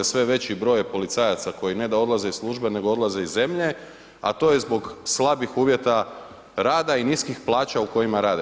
Sve veći broj je policajaca, koji ne da odlaze iz službe nego odlaze iz zemlje, a to je zbog slabih uvjeta rada i niskih plaća u kojima rade.